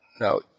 Now